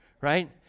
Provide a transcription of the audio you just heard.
Right